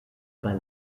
bei